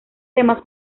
temas